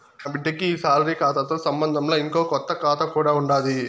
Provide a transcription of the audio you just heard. నాబిడ్డకి ఈ సాలరీ కాతాతో సంబంధంలా, ఇంకో కొత్త కాతా కూడా ఉండాది